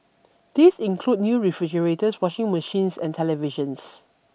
these include new refrigerators washing machines and televisions